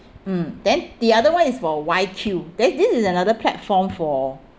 mm then the other one is for Y_Q then this is another platform for